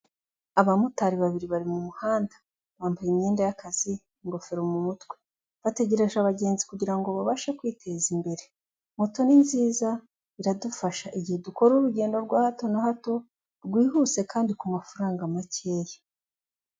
Abamotari babiri bari mu muhanda bambaye imyenda y'akazi ingofero mumutwe, bategereje abagenzi kugirango babashe kwiteza imbere, moto ni nziza biradufasha igihe dukora urugendo rwa hato na hato rwihuse kandi kumafaranga makeya.